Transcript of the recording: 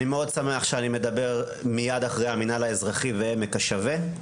אני מאוד שמח שאני מדבר מיד אחרי המינהל האזרחי ו'עמק השווה',